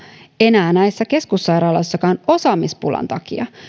enää näissä keskussairaaloissakaan osaamispulan takia